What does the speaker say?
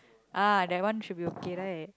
ah that one should be okay right